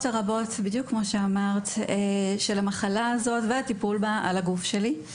הרבות של המחלה הזאת והטיפול בה על הגוף שלי.